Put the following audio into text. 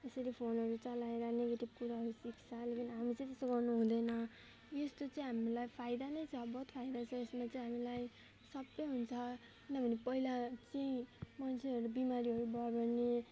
त्यसरी फोनहरू चलाएर निगेटिभ कुराहरू सिक्छ लेकिन हामी चाहिँ त्यसो गर्नु हुँदैन यस्तो चाहिँ हामीलाई फाइदा नै छ बहुत फाइदा छ यसमा चाहिँ हामीलाई सबै हुन्छ किनभने पहिला चाहिँ मान्छेहरू बिमारी भयो भने